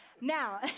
Now